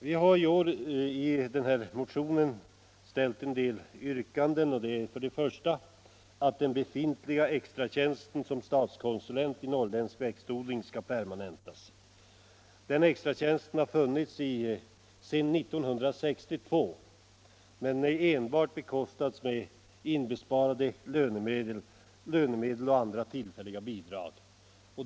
Vi har i vår motion ställt en del yrkanden. Först och främst har vi yrkat att den befintliga extratjänsten som statskonsulent i norrländsk växtodling skall permanentas. Denna extratjänst har funnits sedan 1962 men har enbart bekostats med inbesparade lönemedel och andra tillfälliga bidrag.